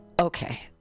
Okay